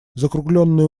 закруглённые